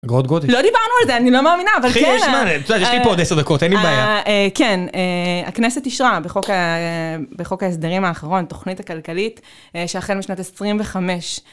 לא דיברנו על זה אני לא מאמינה אבל כן הכנסת ישרה בחוק ההסדרים האחרון תוכנית הכלכלית שהחל משנת 25.